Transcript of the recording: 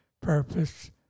purpose